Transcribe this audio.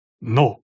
No